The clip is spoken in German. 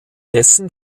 dessen